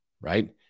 right